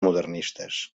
modernistes